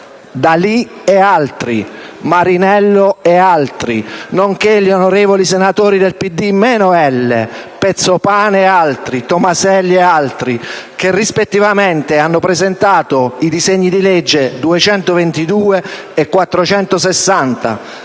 (Dalì e altri, Marinello e altri), nonché degli onorevoli senatori del «PD meno elle» (Pezzopane e altri, Tomaselli e altri), che rispettivamente hanno presentato i disegni di legge nn. 222 e 460,